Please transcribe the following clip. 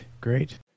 great